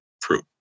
proof